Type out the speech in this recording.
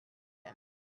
him